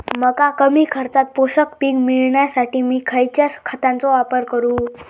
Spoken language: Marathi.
मका कमी खर्चात पोषक पीक मिळण्यासाठी मी खैयच्या खतांचो वापर करू?